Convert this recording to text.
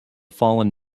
fallen